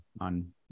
on